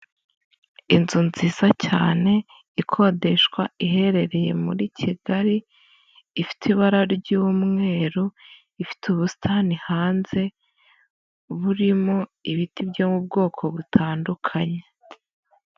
Inzu nziza cyane ikodeshwa, iherereye muri Kigali, ifite ibara ry'umweru, ifite ubusitani hanze burimo ibiti byo mu bwoko butandukanye.